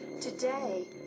Today